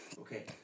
Okay